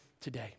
today